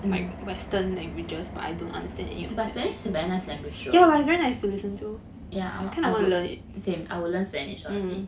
but spanish is a very nice language show right yeah same I would learn spanish honestly